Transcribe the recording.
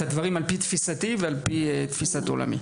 הדברים על פי תפיסתי ועל פי תפיסת עולמי.